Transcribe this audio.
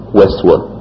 westward